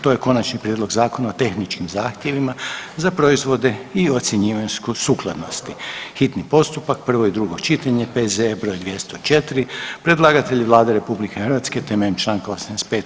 To je: - Konačni prijedlog Zakona o tehničkim zahtjevima za proizvode i ocjenjivanju sukladnosti, hitni postupak, prvo i drugo čitanje, P.Z.E. br. 204; Predlagatelj je Vlada temeljem čl. 85.